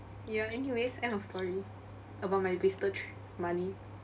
ya anyways end of story about my wasted trip money